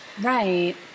Right